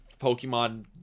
Pokemon